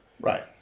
right